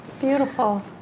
beautiful